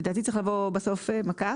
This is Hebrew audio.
לדעתי צריך לבוא בסוף מקף.